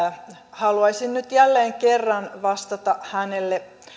haluaisin nyt jälleen kerran vastata hänelle